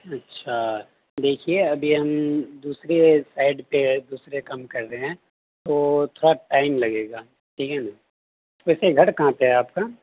اچھا دیکھیے ابھی ہم دوسرے سائٹ پہ دوسرے کام کر رہے ہیں تو تھوڑا ٹائم لگے گا ٹھیک ہے نا ویسے گھر کہاں پہ ہے آپ کا